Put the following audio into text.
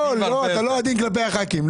לא, אתה לא עדין כלפי הח"כים.